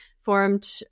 formed